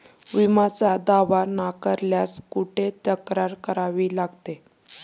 विम्याचा दावा नाकारल्यास कुठे तक्रार करावी लागते?